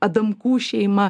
adamkų šeima